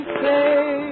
say